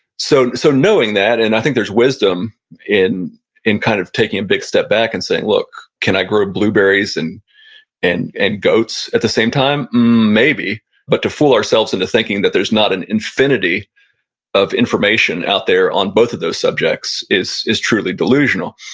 so so, knowing that, and i think there's wisdom in in kind of taking a big step back and saying, look, can i grow blueberries and and and goats at the same time? maybe but to fool ourselves into thinking that there's not an infinity of information out there on both of those subjects is is truly delusional.